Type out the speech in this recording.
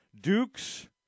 Duke's